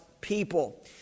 people